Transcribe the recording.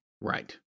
Right